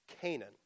Canaan